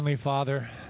father